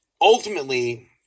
ultimately